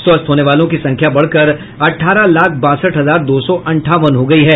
स्वस्थ होने वालों की संख्या बढ़कर अठारह लाख बासठ हजार दो सौ अठावन हो गयी है